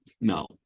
no